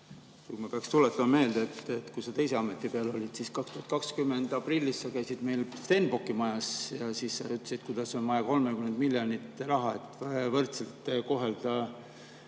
Ma peaksin tuletama meelde, et kui sa teise ameti peal olid, siis 2020 aprillis sa käisid meil Stenbocki majas ja ütlesid, et on vaja 30 miljonit eurot, et võrdselt kohelda